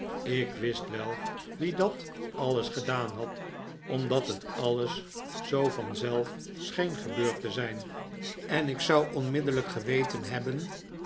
ik wist wel wie dat alles gedaan had omdat het alles zoo vanzelf scheen gebeurd te zijn en ik zou onmiddellijk geweten hebben